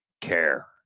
care